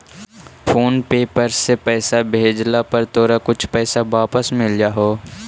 phone पे पर से पईसा भेजला पर तोरा कुछ पईसा वापस भी मिल जा हो